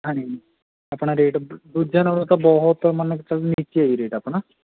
ਹਾਂਜੀ ਆਪਣਾ ਰੇਟ ਦੂਜਿਆਂ ਨਾਲੋਂ ਤਾਂ ਬਹੁਤ ਮੰਨ ਕੇ ਚੱਲੋ ਨੀਚੇ ਆ ਜੀ ਰੇਟ ਆਪਣਾ